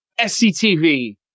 SCTV